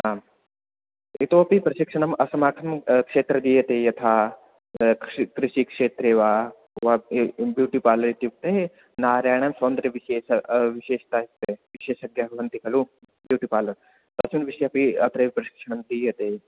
आम् इतोऽपि प्रशिक्षणम् अस्माकं क्षेत्रे दीयते यथा कृषि कृषिक्षेत्रे वा ब्यूटि पार्लर् इत्युक्ते नार्याणां सौन्दर्यविषये विशिष्ट विशेषमर्हन्ति खलु ब्यूटि पार्लर् अस्मिन् विषये अपि अत्रैव प्रशिक्षणं दीयते